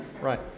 Right